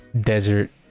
desert